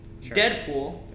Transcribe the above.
Deadpool